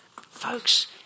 Folks